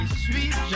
sweet